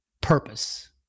purpose